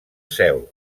seu